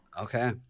Okay